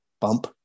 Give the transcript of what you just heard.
bump